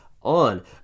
On